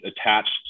attached